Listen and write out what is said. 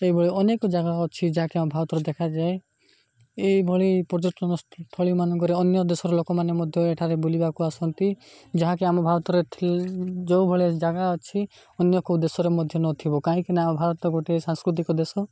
ଏହିଭଳି ଅନେକ ଜାଗା ଅଛି ଯାହାକି ଆମ ଭାରତରେ ଦେଖାଯାଏ ଏହିଭଳି ପର୍ଯ୍ୟଟନସ୍ଥଳୀ ମାନଙ୍କରେ ଅନ୍ୟ ଦେଶର ଲୋକମାନେ ମଧ୍ୟ ଏଠାରେ ବୁଲିବାକୁ ଆସନ୍ତି ଯାହାକି ଆମ ଭାରତରେ ଯେଉଁ ଭଳିଆ ଜାଗା ଅଛି ଅନ୍ୟ କେଉଁ ଦେଶରେ ମଧ୍ୟ ନଥିବ କାହିଁକିନା ଆମ ଭାରତ ଗୋଟେ ସାଂସ୍କୃତିକ ଦେଶ